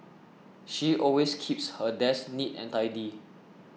she always keeps her desk neat and tidy